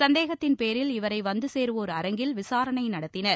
சந்தேகத்தின்பேரில் இவரை வந்துசேருவோர் அரங்கில் விசாரணை நடத்தினர்